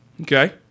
Okay